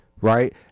Right